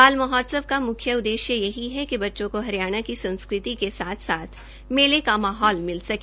बाल महोत्सव का मुख्य उद्येश्य यही है कि बच्चों को हरियाणा की संस्कृति के साथ साथ मेले का माहौल मिल सके